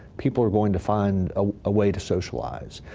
people are going to find a way to socialize,